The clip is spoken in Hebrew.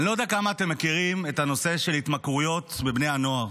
אני לא יודע כמה אתם מכירים את הנושא של התמכרויות אצל בני הנוער.